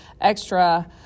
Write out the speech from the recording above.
extra